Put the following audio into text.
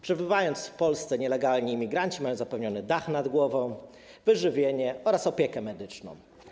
Przebywając w Polsce, nielegalni imigranci mają zapewniony dach nad głową, wyżywienie oraz opiekę medyczną.